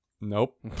Nope